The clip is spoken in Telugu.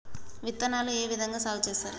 విత్తనాలు ఏ విధంగా సాగు చేస్తారు?